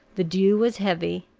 the dew was heavy,